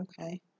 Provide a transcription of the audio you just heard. okay